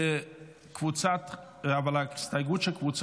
זו הסתייגות מס'